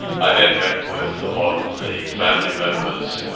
i then met with a lot of the family members,